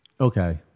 Okay